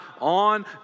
on